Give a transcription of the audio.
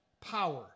power